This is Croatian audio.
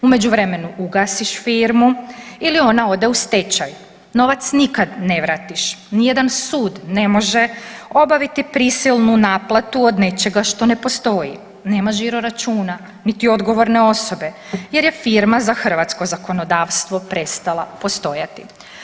U međuvremenu ugasiš firmu ili ona ode u stečaj, novac nikad ne vratiš, nijedan sud ne može obaviti prisilnu naplatu od nečega što ne postoji, nema žiro računa niti odgovorne osobe jer je firma za hrvatsko zakonodavstvo prestala postojati.